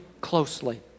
closely